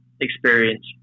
experience